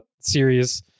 series